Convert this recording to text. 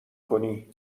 کنی